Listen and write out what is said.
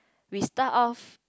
we start off